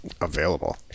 available